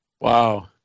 Wow